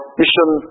mission